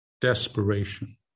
desperation